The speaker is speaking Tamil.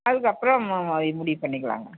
அதுக்கு அப்புறம் முடிவு பண்ணிக்கலாம்ங்க